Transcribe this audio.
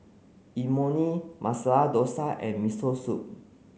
Imoni Masala Dosa and Miso Soup